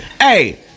Hey